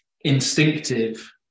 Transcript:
instinctive